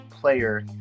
player